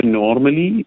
normally